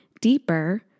deeper